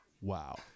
wow